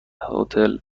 هتل